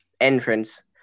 entrance